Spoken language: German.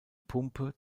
pumpe